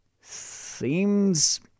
Seems